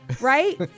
right